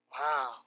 Wow